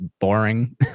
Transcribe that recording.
boring